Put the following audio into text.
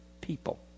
people